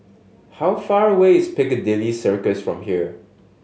how far away is Piccadilly Circus from here